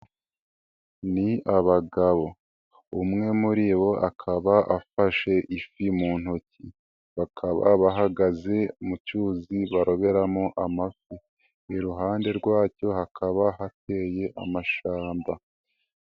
Ni abagabo umwe muri bo akaba afashe ifi mu ntoki, bakaba bahagaze mu cyuzi baroberamo amafi, iruhande rwacyo hakaba hateye amashamba.